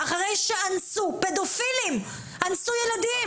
פדופילים שאנסו ילדים.